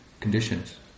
conditions